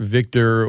Victor